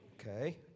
Okay